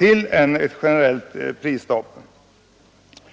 än ett generellt prisstopp att ta till.